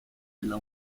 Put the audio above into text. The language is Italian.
della